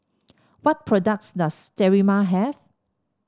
what products does Sterimar have